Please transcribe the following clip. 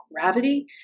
gravity